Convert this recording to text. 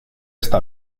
esta